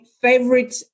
favorite